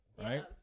right